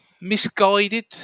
misguided